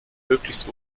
möglichst